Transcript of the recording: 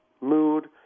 mood